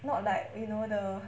not like you know the